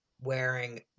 wearing